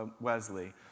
Wesley